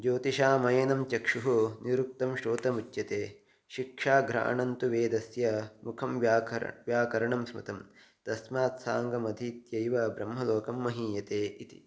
ज्योतिषामयनं चक्षुः निरुक्तं श्रोतमुच्यते शिक्षा घ्राणन्तु वेदस्य मुखं व्याकरणं व्याकरणं स्मृतं तस्मात् साङ्गमधीत्यैव ब्रह्मलोकं महीयते इति